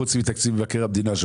חוץ מתקציב מבקר המדינה,